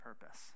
purpose